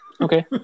okay